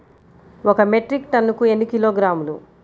ఒక మెట్రిక్ టన్నుకు ఎన్ని కిలోగ్రాములు?